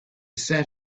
sat